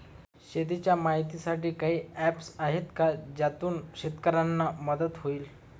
शेतीचे माहितीसाठी काही ऍप्स आहेत का ज्यातून शेतकऱ्यांना मदत होईल?